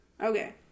Okay